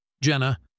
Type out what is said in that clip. Jenna